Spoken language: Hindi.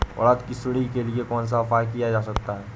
उड़द की सुंडी के लिए कौन सा उपाय किया जा सकता है?